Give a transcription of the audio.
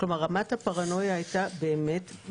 כלומר רמת הפרנויה הייתה מטורפת.